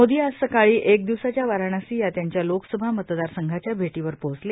मोदी आज सकाळी एका दिवसाच्या वाराणसी या त्यांच्या लोकसभा मतदारसंघाच्या भेटीवर पोहोचले